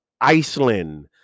Iceland